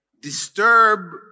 disturb